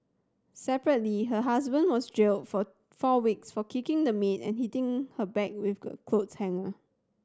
separately her husband was jailed for four weeks for kicking the maid and hitting her back with a clothes hanger